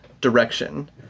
direction